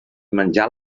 menjà